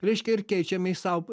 reiškia ir keičiame į sau